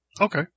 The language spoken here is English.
Okay